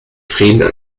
frieden